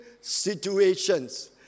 situations